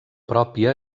pròpia